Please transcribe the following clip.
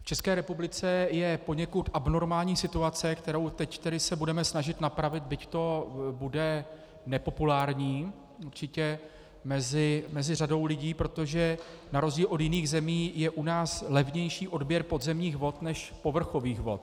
V České republice je poněkud abnormální situace, kterou se teď budeme snažit napravit, byť to bude nepopulární určitě mezi řadou lidí, protože na rozdíl od jiných lidí je u nás levnější odběr podzemních vod než povrchových vod.